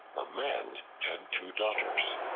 a man had two daughters,